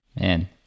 Man